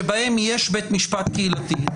שבהם יש בית משפט קהילתי,